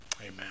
Amen